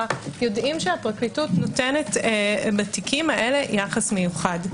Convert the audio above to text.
יודעים שהפרקליטות נותנת בתיקים אלה יחס מיוחד.